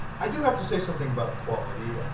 i do have to say something about quality.